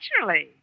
Naturally